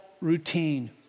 routine